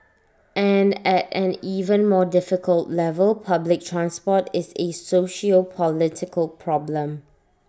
and at an even more difficult level public transport is A sociopolitical problem